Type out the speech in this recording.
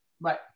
Right